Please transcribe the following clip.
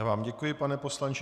Já vám děkuji, pane poslanče.